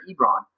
Ebron